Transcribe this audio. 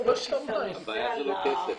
הבעיה זה לא כסף.